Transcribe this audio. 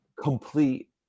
complete